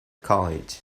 college